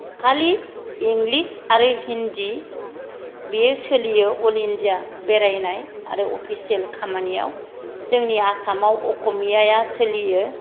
खालि इंलिस आरो हिन्दि बियो सोलियो अल इन्डिया बेरायनाय आरो अफिसियेल खामानियाव जोंनि आसामाव अखमियाया सोलियो